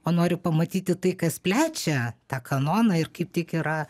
o noriu pamatyti tai kas plečia tą kanoną ir kaip tik yra